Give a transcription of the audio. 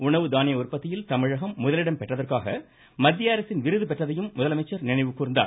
உணவு தானிய உற்பத்தியில் தமிழகம் முதலிடம் பெற்றதற்காக மத்திய அரசின் விருது பெற்றதையும் முதலமைச்சர் நினைவுகூர்ந்தார்